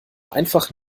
einfach